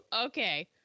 Okay